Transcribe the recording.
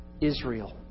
Israel